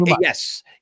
Yes